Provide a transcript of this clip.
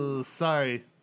Sorry